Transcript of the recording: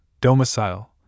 Domicile